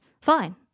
Fine